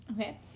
Okay